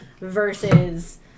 versus